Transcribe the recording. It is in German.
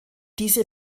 diese